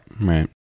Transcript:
Right